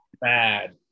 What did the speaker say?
Bad